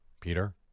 Peter